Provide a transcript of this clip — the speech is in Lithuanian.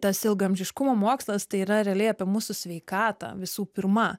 tas ilgaamžiškumo mokslas tai yra realiai apie mūsų sveikatą visų pirma